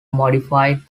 modified